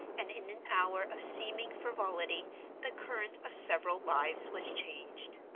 and in an hour of seeming frivolity the current of several lives was changed.